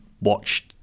watched